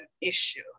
issue